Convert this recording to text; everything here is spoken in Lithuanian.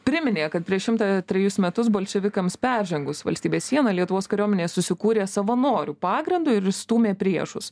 priminė kad prieš šimtą trejus metus bolševikams peržengus valstybės sieną lietuvos kariuomenė susikūrė savanorių pagrindu ir išstūmė priešus